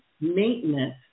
maintenance